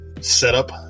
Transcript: setup